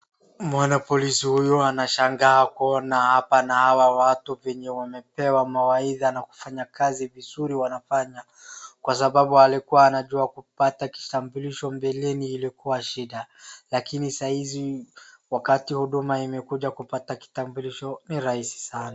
Mwanapolisi huyu anashangaa kuona hapa na hawa watu penye wamepewa mawaidha na kufanya kazi vizuri wanafanya kwa sababu alikuwa anajua kupata kitambulisho mbeleni ilikuwa shida, lakini saa hizi wakati huduma imekuja kupata kitambulisho ni rahisi sana.